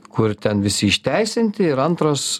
kur ten visi išteisinti ir antras